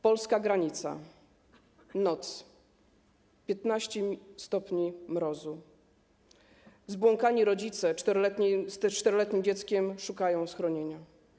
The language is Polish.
Polska granica, noc, 15 stopni mrozu, zbłąkani rodzice z 4-letnim dzieckiem szukają schronienia.